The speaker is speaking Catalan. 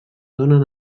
donen